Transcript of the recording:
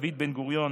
דוד בן-גוריון,